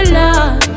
love